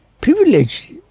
privileged